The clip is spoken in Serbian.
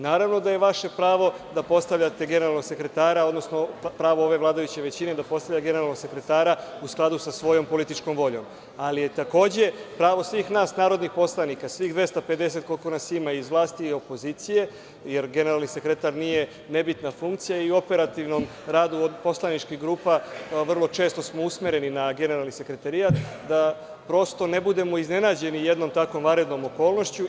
Naravno da je vaše pravo da postavljate generalnog sekretara, odnosno pravo ove vladajuće većine da postavlja generalnog sekretara u skladu sa svojom političkom voljom, ali je takođe pravo svih nas narodnih poslanika, svih 250 koliko nas ima i iz vlasti i opozicije, jer generalni sekretar nije nebitna funkcija i u operativnom radu poslaničkih grupa vrlo često smo usmereni na generalni sekretarijat, da prosto ne budemo iznenađeni jednom takvom vanrednom okolnošću.